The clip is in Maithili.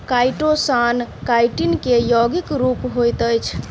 काइटोसान काइटिन के यौगिक रूप होइत अछि